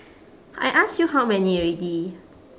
I ask you how many already